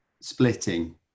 splitting